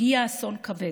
הגיע אסון כבד.